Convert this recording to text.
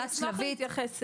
אני אגיד לך משהו,